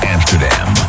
Amsterdam